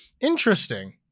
Interesting